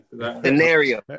Scenario